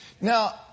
Now